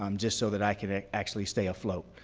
um just so that i could actually stay afloat.